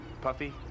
Puffy